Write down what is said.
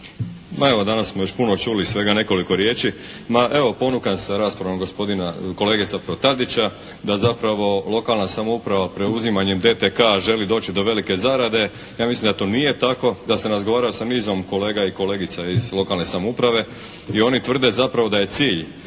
Ma evo, danas smo već puno čuli, svega nekoliko riječi. Ma evo, ponukan sa raspravom gospodina, kolege zapravo Tadića da zapravo lokalna samouprava preuzimanjem DTK-a želi doći do velike zarade, ja mislim da to nije tako. Ja sam razgovarao sa nizom kolega i kolegica iz lokalne samouprave i oni tvrde zapravo da je cilj